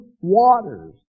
waters